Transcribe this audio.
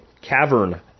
Cavern